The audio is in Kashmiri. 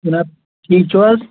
جِناب ٹھیٖک چُھ حظ